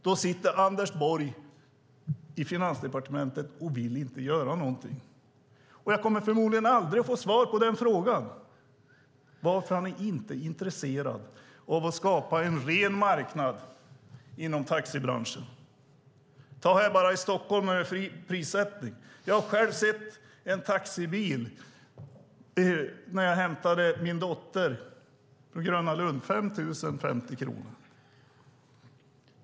Då sitter Anders Borg i Finansdepartementet och vill inte göra något. Jag kommer förmodligen aldrig att få svar på frågan varför han inte är intresserad av att skapa en ren marknad inom taxibranschen. Se bara på den fria prissättningen i Stockholm. Jag såg själv en taxibil när jag hämtade min dotter på Gröna Lund med prisangivelsen 5 050 kronor.